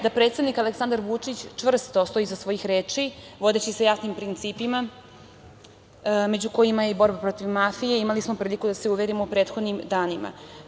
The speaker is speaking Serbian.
Da predsednik Aleksandar Vučić čvrsto stoji iza svojih reči, vodeći se jasnim principima, među kojima je i borba protiv mafije, imali smo priliku da se uverimo u prethodnim danima.